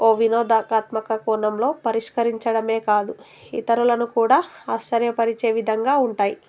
ఓ వినోదాకాత్మక కోణంలో పరిష్కరించడమే కాదు ఇతరులను కూడా ఆశ్చర్య పరిచే విదంగా ఉంటాయి